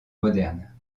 moderne